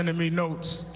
and and me notes.